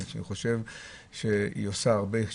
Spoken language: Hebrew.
אני חושב שהיא עושה הרבה,